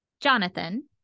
Jonathan